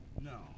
No